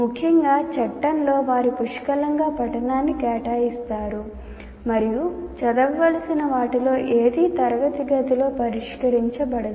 ముఖ్యంగా చట్టంలో వారు పుష్కలంగా పఠనాన్ని కేటాయిస్తారు మరియు చదవవలసిన వాటిలో ఏదీ తరగతి గదిలో పరిష్కరించబడదు